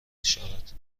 شود